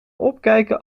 opkijken